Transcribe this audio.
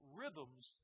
rhythms